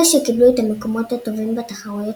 אלה שקיבלו את המקומות הטובים בתחרויות